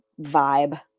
vibe